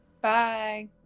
bye